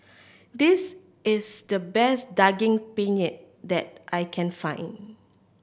this is the best Daging Penyet that I can find